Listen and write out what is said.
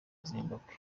zimbabwe